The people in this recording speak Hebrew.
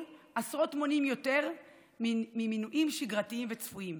עשרות מונים יותר ממינויים שגרתיים וצפויים.